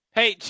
Hey